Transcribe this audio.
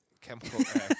Chemical